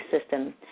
system